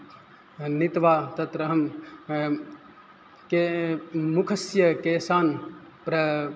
नीत्वा तत्र अहं के मुखस्य केशान् प्र